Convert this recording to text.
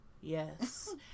Yes